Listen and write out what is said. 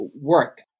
work